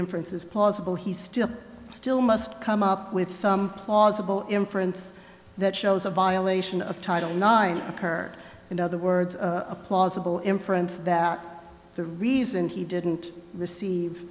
inference is plausible he still still must come up with some plausible inference that shows a violation of title nine occurred in other words a plausible inference that the reason he didn't receive